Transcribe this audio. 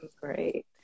great